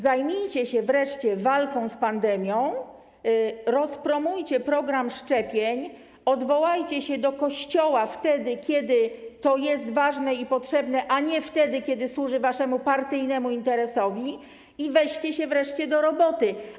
Zajmijcie się wreszcie walką z pandemią, rozpromujcie program szczepień, odwołajcie się do Kościoła wtedy, kiedy to jest ważne i potrzebne, a nie wtedy, kiedy służy waszemu partyjnemu interesowi, i weźcie się wreszcie do roboty.